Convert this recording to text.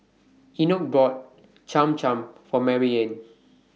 Enoch bought Cham Cham For Maryanne